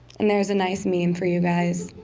and there's a nice meme for you guys.